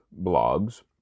blogs